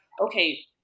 okay